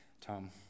Tom